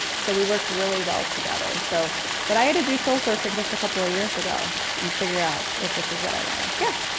so we work really well together. so but i had to do so searching just a couple of ah years ago and figure out if this is what i wanted. yeah?